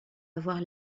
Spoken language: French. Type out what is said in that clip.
avoir